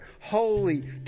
Holy